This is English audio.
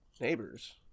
Neighbors